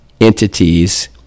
entities